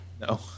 No